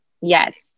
yes